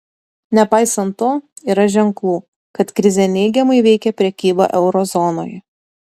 nepaisant to yra ženklų kad krizė neigiamai veikia prekybą euro zonoje